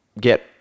get